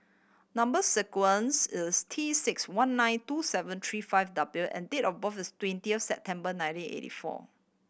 number sequence is T six one nine two seven three five W and date of birth is twentieth September nineteen eighty four